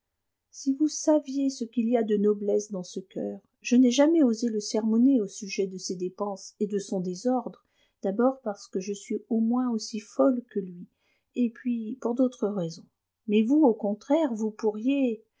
si vous saviez ce qu'il y a de noblesse dans ce coeur je n'ai jamais osé le sermonner au sujet de ses dépenses et de son désordre d'abord parce que je suis au moins aussi folle que lui et puis pour d'autres raisons mais vous au contraire vous pourriez